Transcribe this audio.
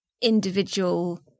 individual